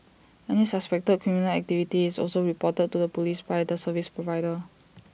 any suspected criminal activity is also reported to the Police by the service provider